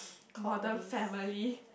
modern family